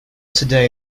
today